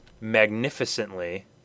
magnificently